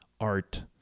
art